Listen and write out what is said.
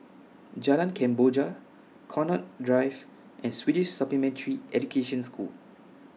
Jalan Kemboja Connaught Drive and Swedish Supplementary Education School